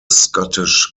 scottish